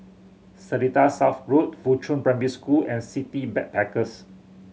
Seletar South Road Fuchun Primary School and City Backpackers